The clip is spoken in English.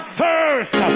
first